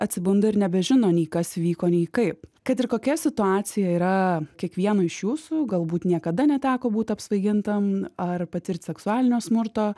atsibunda ir nebežino nei kas įvyko nei kaip kad ir kokia situacija yra kiekvieno iš jūsų galbūt niekada neteko būt apsvaigintam ar patirt seksualinio smurto